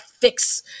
fix